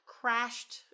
crashed